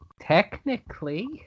technically